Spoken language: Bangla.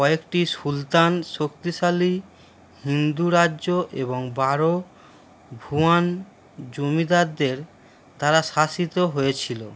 কয়েকটি সুলতান শক্তিশালী হিন্দু রাজ্য এবং বারো ভুঁইয়া জমিদারদের তারা শাসিত হয়েছিল